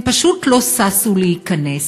הם פשוט לא ששו להיכנס.